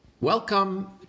Welcome